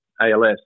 ALS